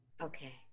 Okay